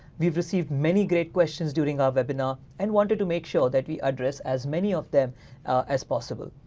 we've received many great questions during our webinar and wanted to make sure that we address as many of them as possible.